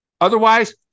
Otherwise